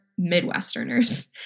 Midwesterners